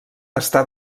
està